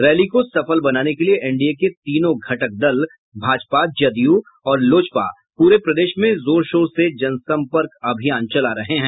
rally को सफल बनाने के लिए एनडीए के तीनों घटक दल भाजपा जदयू और लोजपा प्रे प्रदेश में जोर शोर से जनसंपर्क अभियान चला रहे हैं